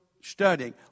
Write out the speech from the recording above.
studying